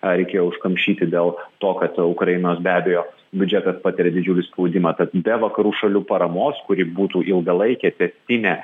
reikėjo užkamšyti dėl to kad ukrainos be abejo biudžetas patiria didžiulį spaudimą tad be vakarų šalių paramos kuri būtų ilgalaikė tęstinė